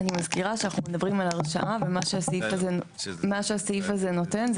ומה שהסעיף הזה נותן,